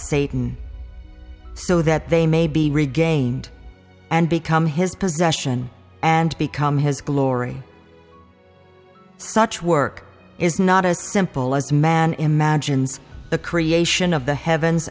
satan so that they may be regained and become his possession and become his glory such work is not as simple as man imagines the creation of the heavens